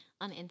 on